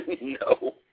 No